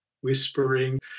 whispering